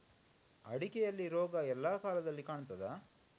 ಅಡಿಕೆಯಲ್ಲಿ ರೋಗ ಎಲ್ಲಾ ಕಾಲದಲ್ಲಿ ಕಾಣ್ತದ?